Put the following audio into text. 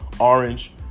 orange